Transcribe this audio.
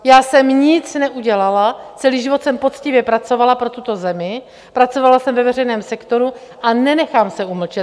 Já jsem nic neudělala, celý život jsem poctivě pracovala pro tuto zemi, pracovala jsem ve veřejném sektoru a nenechám se umlčet.